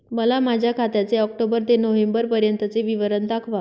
मला माझ्या खात्याचे ऑक्टोबर ते नोव्हेंबर पर्यंतचे विवरण दाखवा